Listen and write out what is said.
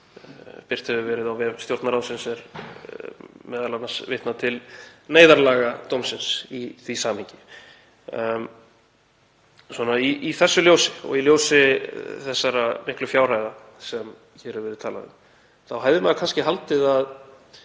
birt hefur verið á vef Stjórnarráðsins er m.a. vitnað til neyðarlaga dómsins í því samhengi. Í þessu ljósi, og í ljósi þessara miklu fjárhæða sem hér hefur verið talað um, hefði maður kannski haldið að